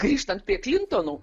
grįžtant prie klintonų